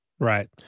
Right